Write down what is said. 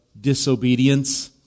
disobedience